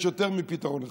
יש יותר מפתרון אחד.